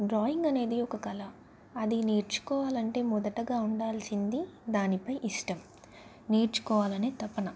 drawing అనేది ఒక కళ అది నేర్చుకోవాలి అంటే మొదటగా ఉండాల్సింది దానిపై ఇష్టం నేర్చుకోవాలి అనే తపన